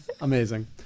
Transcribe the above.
Amazing